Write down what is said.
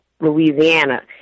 Louisiana